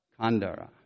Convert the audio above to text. kandara